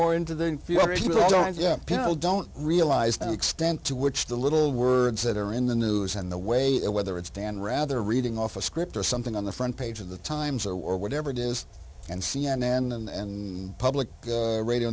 more into the people don't realize the extent to which the little words that are in the news and the way whether it's dan rather reading off a script or something on the front page of the times or whatever it is and c n n and public radio